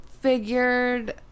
figured